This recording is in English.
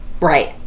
Right